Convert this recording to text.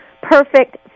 Perfect